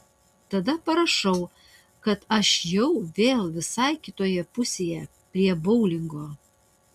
tada parašau kad aš jau vėl visai kitoje pusėje prie boulingo